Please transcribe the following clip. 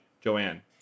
Joanne